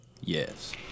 yes